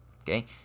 okay